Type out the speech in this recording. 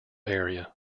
area